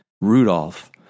Rudolph